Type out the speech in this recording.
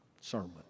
sermon